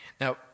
Now